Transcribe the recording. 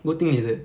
good thing is that